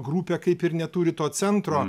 grupė kaip ir neturi to centro